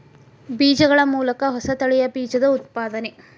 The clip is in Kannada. ಬೇಜಗಳ ಮೂಲಕ ಹೊಸ ತಳಿಯ ಬೇಜದ ಉತ್ಪಾದನೆ